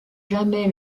jamais